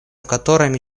которыми